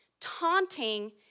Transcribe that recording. taunting